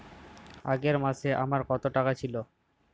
আগের মাসে আমার কত টাকা ছিল?